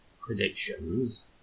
Predictions